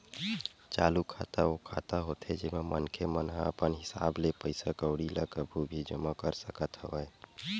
चालू खाता ओ खाता होथे जेमा मनखे मन ह अपन हिसाब ले पइसा कउड़ी ल कभू भी जमा कर सकत हवय